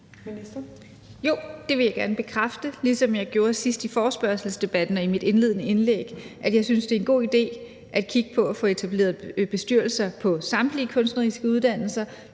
Jo, det vil jeg gerne bekræfte, ligesom jeg gjorde sidst i forespørgselsdebatten og i mit indledende indlæg, altså at jeg synes, det er en god idé at kigge på at få etableret bestyrelser på samtlige kunstneriske uddannelser